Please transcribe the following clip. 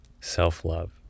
self-love